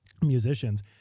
musicians